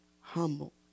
humble